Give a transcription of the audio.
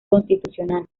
constitucional